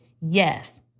yes